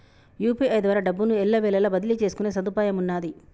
UPI ద్వారా డబ్బును ఎల్లవేళలా బదిలీ చేసుకునే సదుపాయమున్నాది